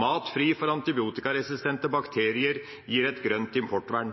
Mat fri for antibiotikaresistente bakterier gir et grønt importvern.